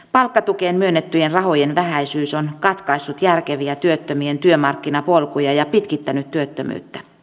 palkkatukeen myönnettyjen rahojen vähäisyys on katkaissut järkeviä työttömien työmarkkinapolkuja ja pitkittänyt työttömyyttä